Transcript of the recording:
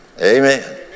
Amen